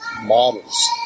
models